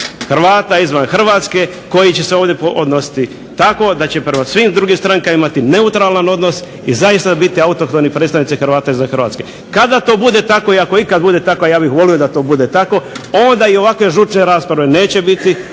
Hrvata izvan Hrvatske koji će se ovdje odnositi tako da će prema svim drugim strankama imati neutralan odnos i zaista biti autohtoni predstavnici Hrvata izvan Hrvatske. Kada to bude tako i ako ikad bude tako, a ja bih volio da to bude tako, onda i ovakve žučne rasprave neće biti,